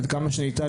עד כמה שניתן,